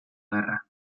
guerra